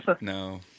No